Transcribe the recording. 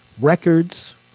records